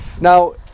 Now